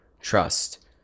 trust